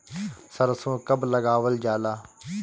सरसो कब लगावल जाला?